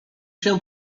się